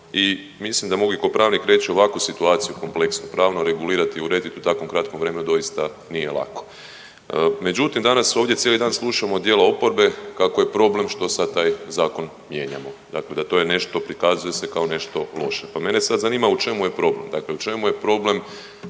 I mislim da mogu i kao pravnik reći ovakvu situaciju kompleksnu. Pravno regulirati, urediti u takvom kratkom vremenu doista nije lako. Međutim, danas ovdje cijeli dan slušamo od dijela oporbe kako je problem što sad taj zakon mijenjamo, dakle da to je nešto prikazuje se kao nešto loše. Pa mene sad zanima u čemu je problem? Dakle u čemu je problem